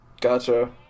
Gotcha